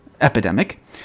epidemic